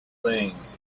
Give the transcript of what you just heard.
things